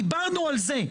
דיברנו על זה.